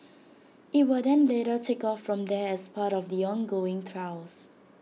IT will then later take off from there as part of the ongoing trials